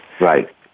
Right